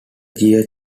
gear